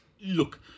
Look